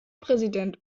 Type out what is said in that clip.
präsident